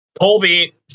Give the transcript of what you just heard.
Colby